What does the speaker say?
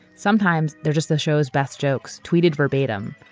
sometimes they're just a show's best jokes tweeted verbatim.